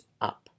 up